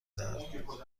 دهد